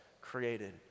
created